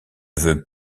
veux